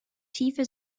tiefe